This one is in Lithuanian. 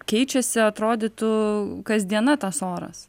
keičiasi atrodytų kasdiena tas oras